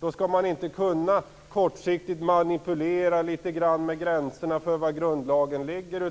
Då skall man inte kortsiktigt kunna manipulera med gränserna för grundlagen.